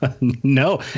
No